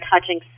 touching